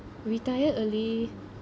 retire early